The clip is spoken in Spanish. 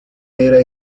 era